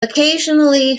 occasionally